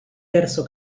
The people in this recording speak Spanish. terso